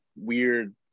weird